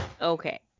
okay